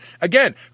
Again